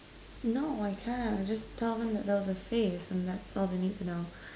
no I can't I just tell them that that was a face and that's all that they need to know